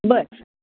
बरं